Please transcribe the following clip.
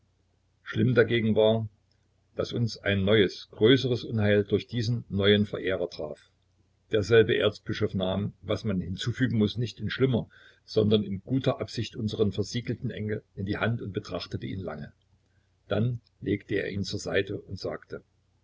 nicht überwunden war uns ein neues größeres durch diesen neuen verehrer traf derselbe erzbischof nahm was man hinzufügen muß nicht in schlimmer sondern in guter absicht unseren versiegelten engel in die hand und betrachtete ihn lange dann legte er ihn zur seite und sagte